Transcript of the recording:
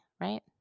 right